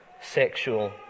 sexual